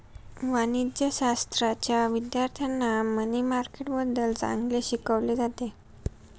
वाणिज्यशाश्राच्या विद्यार्थ्यांना मनी मार्केटबद्दल चांगले शिकवले जाते